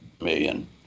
million